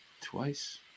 twice